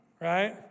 right